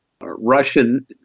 Russian